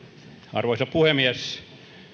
arvoisa puhemies